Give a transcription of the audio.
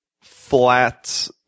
flat